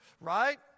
right